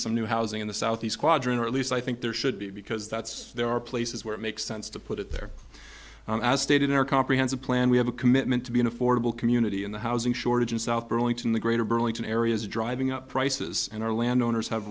some new housing in the southeast quadrant or at least i think there should be because that's there are places where it makes sense to put it there and as stated in our comprehensive plan we have a commitment to be an affordable community in the housing shortage in south burlington the greater burlington areas driving up prices and our land owners have